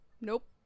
Nope